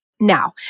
Now